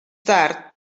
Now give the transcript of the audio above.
tard